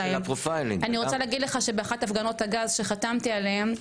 אני רוצה להגיד לך שבאחת הפגנות הגז שחתמתי עליהן,